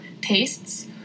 tastes